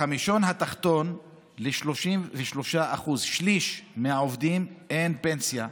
בחמישון התחתון ל-33%, שליש מהעובדים, אין פנסיה,